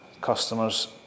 customers